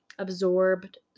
Absorbed